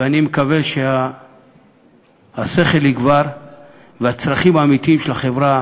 ואני מקווה שהשכל יגבר ושהצרכים האמיתיים של החברה